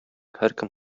һәркем